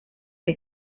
que